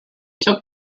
took